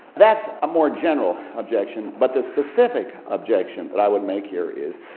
that's a more general objection, but the specific objection that i would make here is,